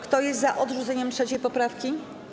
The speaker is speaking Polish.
Kto jest za odrzuceniem 3. poprawki?